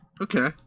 Okay